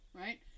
Right